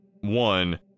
one